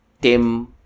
Tim